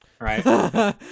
right